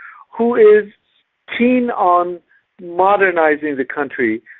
who is keen on modernising the country,